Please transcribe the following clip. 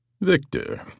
Victor